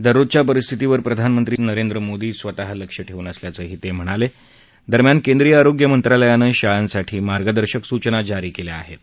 दररोजच्या परिस्थितीवर प्रधानमंत्री नरेंद्र स्वतः लक्ष ठखून असल्याचंही त म्हणाल दरम्यान केंद्रीय आरोग्य मंत्रालयानं शाळांसाठी मार्गदर्शक सुचना जारी काळ्या आहप्रा